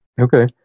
okay